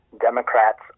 Democrats